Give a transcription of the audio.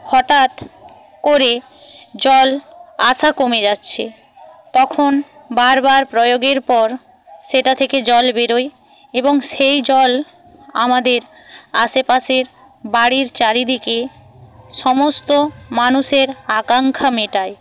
হঠাৎ করে জল আসা কমে যাচ্ছে তখন বারবার প্রয়োগের পর সেটা থেকে জল বেরোয় এবং সেই জল আমাদের আশেপাশের বাড়ির চারিদিকে সমস্ত মানুষের আকাঙ্ক্ষা মেটায়